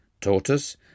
tortoise